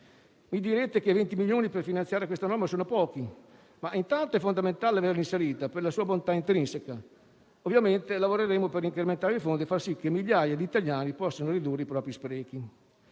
Mi direte che 20 milioni per finanziare questa norma sono pochi; intanto, è fondamentale averla inserita per la sua bontà intrinseca. Ovviamente lavoreremo per incrementare i fondi e far sì che migliaia di italiani possano ridurre i propri sprechi.